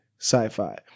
sci-fi